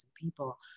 people